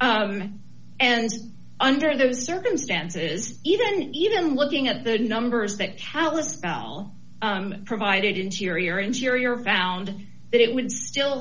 and under those circumstances even even looking at the numbers that house spell provided interior interior found that it would still